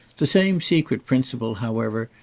the same secret principle, however,